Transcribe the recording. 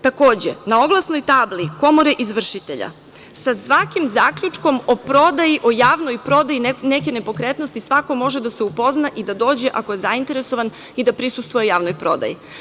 Takođe, na oglasnoj tabli Komore izvršitelja sa svakim zaključkom o prodaji, o javnoj prodaji neke nepokretnosti, svako može da se upozna da i da dođe ako je zainteresovan i da prisustvuje javnoj prodaji.